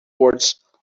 words